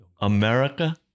America